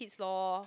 is lor